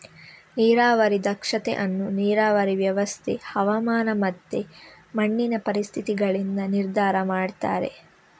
ನೀರಾವರಿ ದಕ್ಷತೆ ಅನ್ನು ನೀರಾವರಿ ವ್ಯವಸ್ಥೆ, ಹವಾಮಾನ ಮತ್ತೆ ಮಣ್ಣಿನ ಪರಿಸ್ಥಿತಿಗಳಿಂದ ನಿರ್ಧಾರ ಮಾಡ್ತಾರೆ